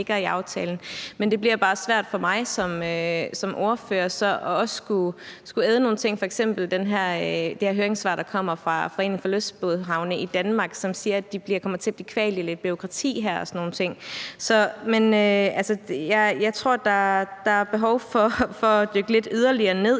men det bliver bare svært for mig som ordfører så også at skulle æde nogle ting, f.eks. det, der er nævnt i et høringssvar, der kommer fra Foreningen for Lystbådehavne I Danmark, om, at de kommer til at blive kvalt i lidt bureaukrati og sådan nogle ting. Men jeg tror, der er behov for at dykke lidt yderligere ned i det